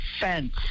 fence